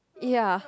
ya